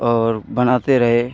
और बनाते रहे